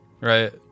right